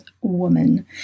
woman